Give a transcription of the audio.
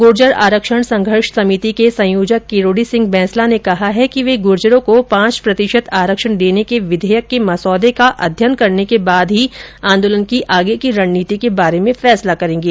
गुर्जर आरक्षण संघर्ष समिति के संयोजक किरोड़ी सिंह बैंसला ने कहा कि वे गुर्जरों को पांच प्रतिशत आरक्षण देने के विधेयक के मसौदे का अध्ययन करने के बाद ही आंदोलन की आगे की रणनीति के बारे में फैसला करेंगे